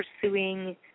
pursuing